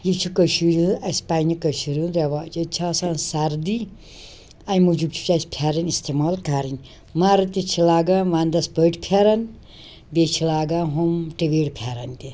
یہِ چھِ کٔشیٖرِ اَسہِ پنٛنہِ کٔشیٖرِ ہُنٛد رٮ۪واج ییٚتہِ چھِ آسان سردی اَمہِ موٗجوٗب چھُ اَسہِ پھٮ۪رن استعمال کَرٕنۍ مرٕد تہِ چھِ لاگان ونٛدس پٔٹۍ پھٮ۪رن بیٚیہِ چھِ لاگان ہُم ٹِویٖڈ پھٮ۪رن تہِ